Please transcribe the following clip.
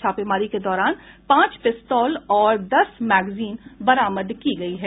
छापेमारी के दौरान पांच पिस्तौल और दस मैग्जिन बरामद की गयी है